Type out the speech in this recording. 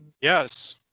Yes